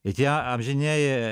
i tie amžinieji